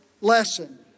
lesson